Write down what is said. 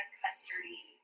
custardy